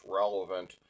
relevant